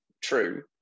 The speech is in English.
true